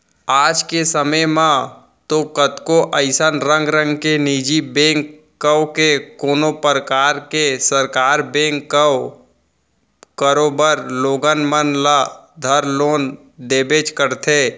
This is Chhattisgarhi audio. आज के समे म तो कतको अइसन रंग रंग के निजी बेंक कव के कोनों परकार के सरकार बेंक कव करोबर लोगन मन ल धर लोन देबेच करथे